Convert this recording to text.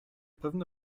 pewne